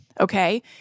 Okay